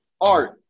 art